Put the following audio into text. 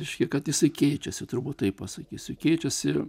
reiškia kad jisai keičiasi turbūt taip pasakysiu keičiasi ir